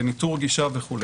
לניטור גישה וכו'.